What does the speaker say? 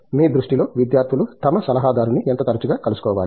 మీ దృష్టిలో విద్యార్థులు తమ సలహాదారుని ఎంత తరచుగా కలుసుకోవాలి